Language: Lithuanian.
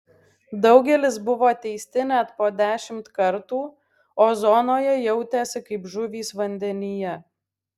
daugelis buvo teisti net po dešimt kartų o zonoje jautėsi kaip žuvys vandenyje